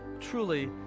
truly